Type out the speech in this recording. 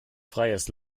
freies